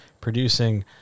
producing